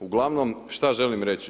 Uglavnom šta želim reći.